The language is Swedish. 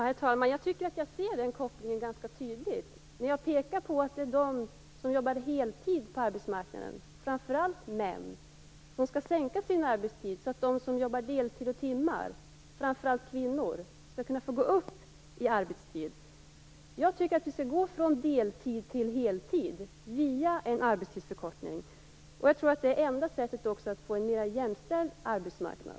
Herr talman! Jag ser den kopplingen ganska tydligt. Jag pekar ju på att de som jobbar heltid på arbetsmarknaden, framför allt män, skall sänka sin arbetstid, så att de som jobbar deltid och timmar, framför allt kvinnor, skall kunna gå upp i arbetstid. Jag tycker att vi skall gå från deltid till heltid via en arbetstidsförkortning. Jag tror att det är det enda sättet att få en mer jämställd arbetsmarknad.